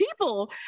people